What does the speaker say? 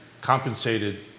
compensated